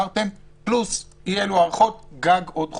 פלוס אי-אלו הארכות, גג עוד חודש.